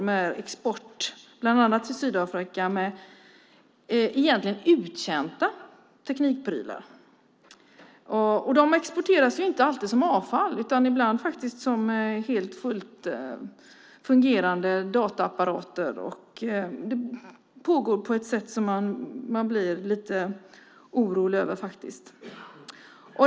Det är export, bland annat till Sydafrika, av teknikprylar som egentligen är uttjänta. De exporteras inte alltid som avfall utan ibland som fullt fungerande dataapparater. Detta pågår på ett sätt som gör att man faktiskt blir lite orolig.